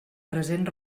present